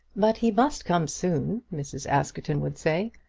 but he must come soon, mrs. askerton would say.